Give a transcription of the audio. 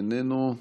איננו,